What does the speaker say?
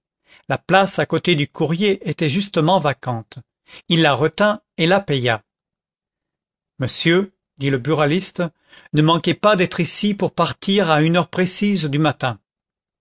la place à côté du courrier était justement vacante il la retint et la paya monsieur dit le buraliste ne manquez pas d'être ici pour partir à une heure précise du matin